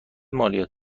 مالیات